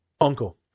Uncle